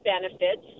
benefits